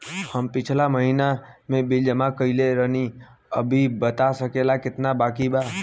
हम पिछला महीना में बिल जमा कइले रनि अभी बता सकेला केतना बाकि बा?